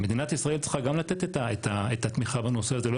מדינת ישראל צריכה גם לתת את התמיכה בנושא הזה,